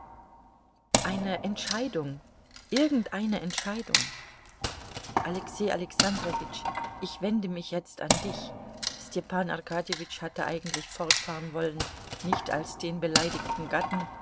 eine entscheidung irgendeine entscheidung alexei alexandrowitsch ich wende mich jetzt an dich stepan arkadjewitsch hatte eigentlich fortfahren wollen nicht als den beleidigten gatten